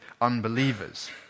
unbelievers